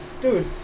dude